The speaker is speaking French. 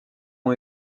ont